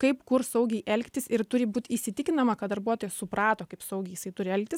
kaip kur saugiai elgtis ir turi būt įsitikinama kad darbuotojas suprato kaip saugiai jisai turi elgtis